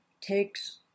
takes